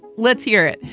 let's hear it.